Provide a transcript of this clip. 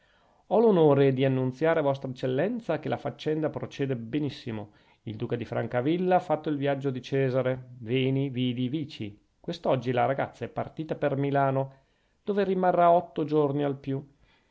ho l'onore di annunziare a vostra eccellenza che la faccenda procede benissimo il duca di francavilla ha fatto il viaggio di cesare veni vidi vici quest'oggi la ragazza è partita per milano dove rimarrà otto giorni al più